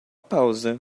pausa